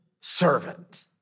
servant